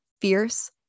fierce